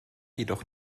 jedoch